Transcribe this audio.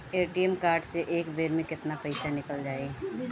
ATM card से एक बेर मे केतना पईसा निकल जाई?